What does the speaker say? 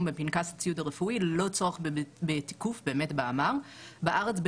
בפנקס הציוד הרפואי ללא צורך בתיקוף באמ"ר בארץ,